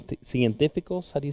científicos